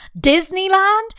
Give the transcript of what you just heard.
Disneyland